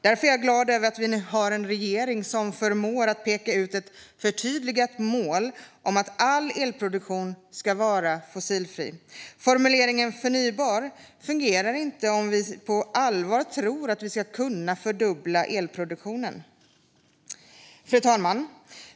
Därför är jag glad över att vi nu har en regering som förmår peka ut ett förtydligat mål om att all elproduktion ska vara fossilfri. Formuleringen "förnybar" fungerar inte om vi på allvar tror att vi ska kunna fördubbla elproduktionen. Fru talman!